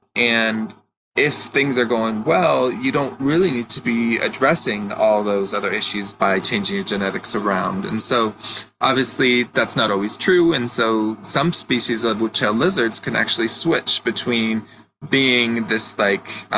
and if things are going well, you don't really need to be addressing all those other issues by changing your genetics around. and so obviously, that's not always true, and so some species of whiptail lizards can actually switch between being this like